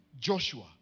Joshua